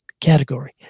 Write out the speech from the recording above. category